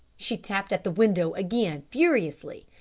she tapped at the window again furiously.